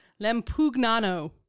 Lampugnano